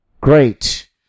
Great